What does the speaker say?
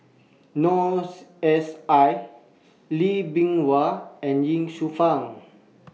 Noor S I Lee Bee Wah and Ye Shufang